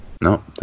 No